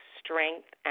strength